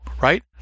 right